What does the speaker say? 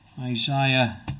Isaiah